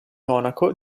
monaco